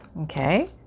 Okay